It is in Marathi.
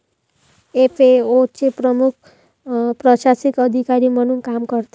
एफ.ए.ओ चे मुख्य प्रशासकीय अधिकारी म्हणून काम करते